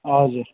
हजुर